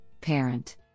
parent